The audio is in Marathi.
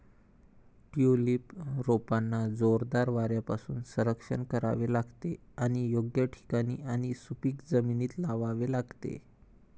ट्यूलिप रोपांना जोरदार वाऱ्यापासून संरक्षण करावे लागते आणि योग्य ठिकाणी आणि सुपीक जमिनीत लावावे लागते